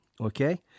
Okay